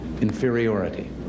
inferiority